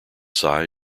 size